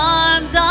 arms